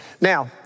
Now